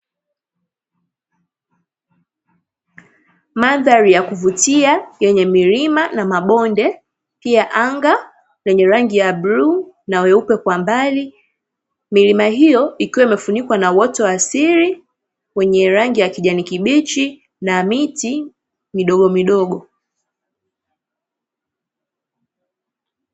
Mandhari ya kuvutia yenye milima na mabonde pia anga lenye rangi ya bluu na weupe kwa mbali. Milima hiyo ikiwa imefunikwa na uoto wa asili wenye rangi ya kijani kibichi na miti midogomidogo.